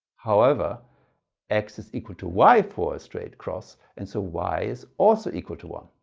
however x is equal to y for a straight cross and so y is also equal to one